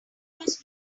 must